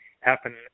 happen